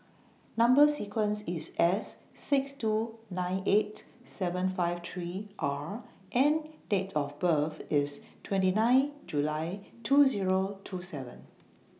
Number sequence IS S six two nine eight seven five three R and Date of birth IS twenty nine July two Zero two seven